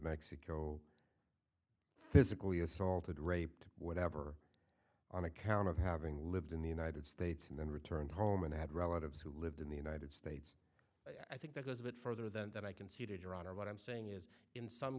mexico physically assaulted raped whatever on account of having lived in the united states and then returned home and had relatives who lived in the united states i think that goes a bit further than that i conceded your honor what i'm saying is in some